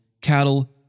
cattle